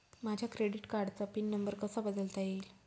माझ्या क्रेडिट कार्डचा PIN number कसा बदलता येईल?